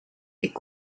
est